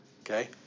Okay